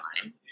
online